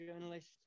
Journalist